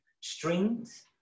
strings